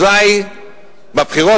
אזי בבחירות,